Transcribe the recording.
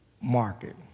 market